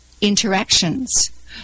interactions